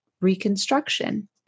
Reconstruction